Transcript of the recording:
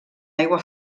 aigua